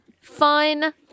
fun